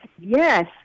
Yes